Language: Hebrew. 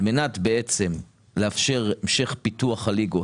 על מנת לאפשר המשך פיתוח הליגות,